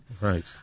Right